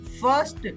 First